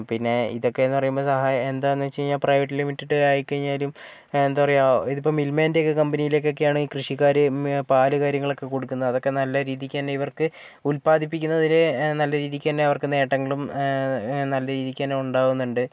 പിന്നെ ഇതൊക്കേന്ന് പറയുമ്പോൾ സഹായം എന്താന്ന് വെച്ചഴിഞ്ഞാൽ പ്രൈവറ്റ് ലിമിറ്റഡ് ആയിക്കഴിഞ്ഞാലും എന്താ പറയുക ഇതിപ്പോൾ മിൽമേൻ്റെയൊക്കെ കമ്പനിയിലൊക്കെ ആണെങ്കിൽ കൃഷിക്കാർ പാൽ കാര്യങ്ങളൊക്കെ കൊടുക്കുന്നത് അതൊക്കെ നല്ല രീതിക്കന്നെ ഇവർക്ക് ഉല്പാദിപ്പിക്കുന്നതിന് ഒരു നല്ല രീതിക്കന്നെ അവർക്ക് നേട്ടങ്ങളും നല്ല രീതിക്കന്നെ ഉണ്ടാവുന്നുണ്ട്